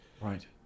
Right